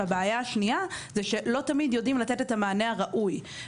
והבעיה השנייה היא שלא תמיד יודעים לתת את המענה הראוי.